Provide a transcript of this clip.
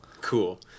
Cool